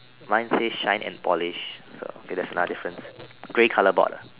mine says shine and polish so okay that's another difference grey color board ah